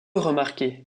remarquer